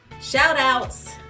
Shout-outs